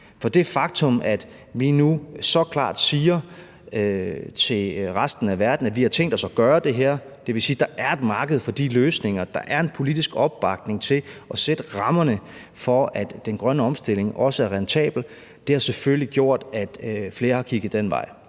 for det faktum, at vi nu så klart siger til resten af verden, at vi har tænkt os at gøre det her, vil sige, at der er et marked for de løsninger og der er en politisk opbakning til at sætte rammerne for, at den grønne omstilling også er rentabel. Det har selvfølgelig gjort, at flere har kigget den vej.